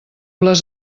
les